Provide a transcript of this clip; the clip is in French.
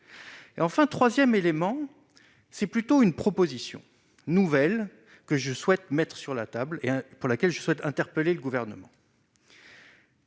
Et enfin 3ème élément, c'est plutôt une proposition nouvelle, que je souhaite, maître sur la table et pour laquelle je souhaite interpeller le gouvernement.